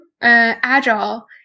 agile